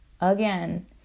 Again